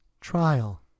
Trial